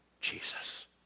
Jesus